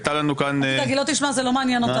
אל תדאג, היא לא תשמע, זה לא מעניין אותה.